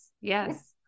Yes